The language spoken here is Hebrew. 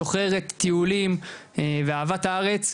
שוחרת טיולים ואהבת הארץ,